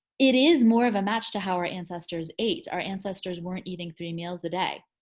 it is more of a match to how our ancestors ate. our ancestors weren't eating three meals a day.